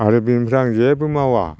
आरो बेनिफ्राय आं जेबो मावा